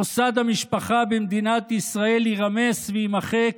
מוסד המשפחה במדינת ישראל יירמס ויימחק